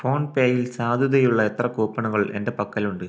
ഫോൺപേയിൽ സാധുതയുള്ള എത്ര കൂപ്പണുകൾ എൻ്റെ പക്കലുണ്ട്